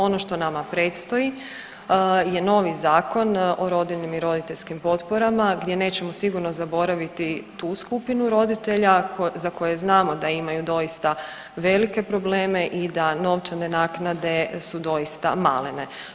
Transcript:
Ono što nama predstoji je novi Zakon o rodiljnim i roditeljskim potporama gdje nećemo sigurno zaboraviti tu skupinu roditelja za koje znamo da imaju doista velike probleme i da novčane naknade su doista malene.